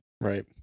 Right